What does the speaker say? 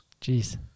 Jeez